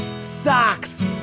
Socks